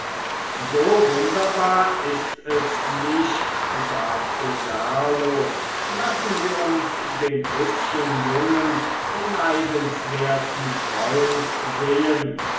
so wunderbar ist es nicht sagte serlo lassen sie uns den hübschen jungen beneidenswerten freund sehen